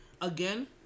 Again